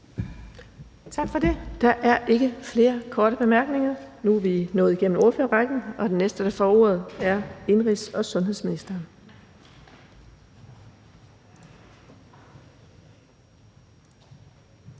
Tak for det. Der er ikke flere korte bemærkninger. Nu er vi nået igennem ordførerrækken, og den næste, der får ordet, er indenrigs- og sundhedsministeren.